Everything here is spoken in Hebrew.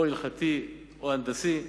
או הלכתי או הנדסי.